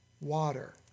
water